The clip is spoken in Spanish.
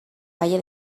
valle